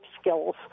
skills